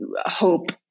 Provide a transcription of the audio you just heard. hope